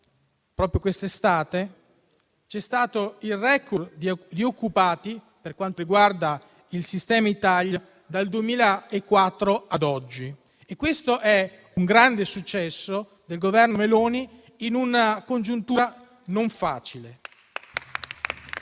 (proprio quest'estate) c'è stato il *record* di occupati nel sistema Italia dal 2004 ad oggi. E questo è un grande successo del Governo Meloni in una congiuntura non facile.